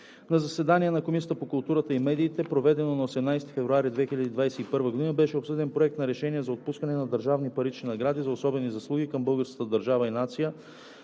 На заседание на Комисията по културата и медиите, проведено на 18 февруари 2021 г., беше обсъден Проект на решение за отпускане на държавни парични награди за особени заслуги към българската държава и нацията,